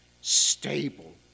stable